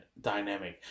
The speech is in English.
dynamic